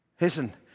Listen